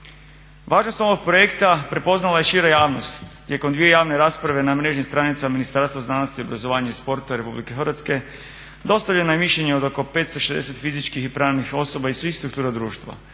Važnost ovog projekta prepoznala je šira javnost. Tijekom dvije javne rasprave na mrežnim stranicama Ministarstva znanosti, obrazovanja i sporta RH dostavljeno je mišljenje od oko 560 fizičkih i pravnih osoba iz svih struktura društva.